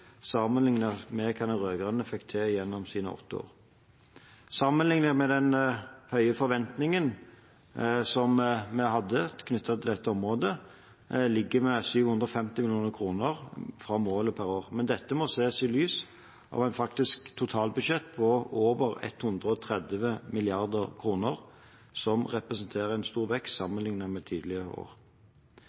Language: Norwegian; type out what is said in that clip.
med hva de rød-grønne fikk til gjennom sine åtte. Sammenlignet med den høye forventningen som vi hadde knyttet til dette området, ligger vi 750 mill. kr fra målet per år, men dette må ses i lys av et faktisk totalbudsjett på over 130 mrd. kr, noe som representerer en stor vekst sammenlignet med tidligere år.